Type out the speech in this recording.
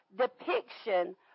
depiction